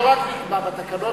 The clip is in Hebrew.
זה לא רק נקבע בתקנון,